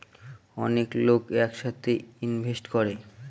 অনেক লোক এক সাথে ইনভেস্ট করে